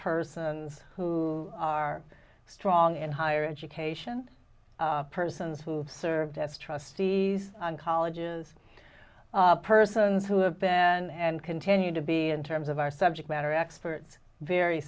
persons who are strong in higher education persons who have served as trustees on colleges persons who have been and continue to be in terms of our subject matter experts very